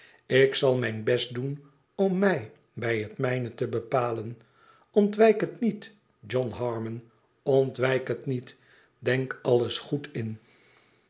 ik zal mijn best doen om mij bij het mijne te bepalen ontwijk het niet johnharmon ontwijk het niet denk alles goed in